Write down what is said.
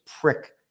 prick